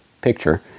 picture